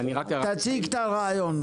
תציג את הרעיון.